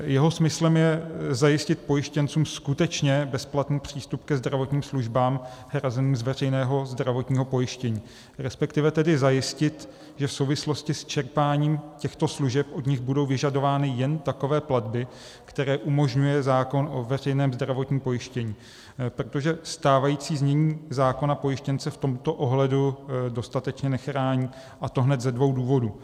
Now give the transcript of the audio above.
Jeho smyslem je zajistit pojištěncům skutečně bezplatný přístup ke zdravotním službám hrazeným z veřejného zdravotního pojištění, respektive zajistit, že v souvislosti s čerpáním těchto služeb od nich budou vyžadovány jen takové platby, které umožňuje zákon o veřejném zdravotním pojištění, protože stávající znění pojištěnce v tomto ohledu dostatečně nechrání, a to hned ze dvou důvodů.